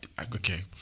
Okay